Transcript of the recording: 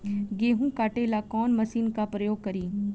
गेहूं काटे ला कवन मशीन का प्रयोग करी?